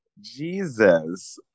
Jesus